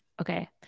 okay